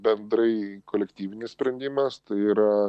bendrai kolektyvinis sprendimas tai yra